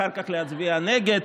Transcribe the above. אחר כך להצביע נגד,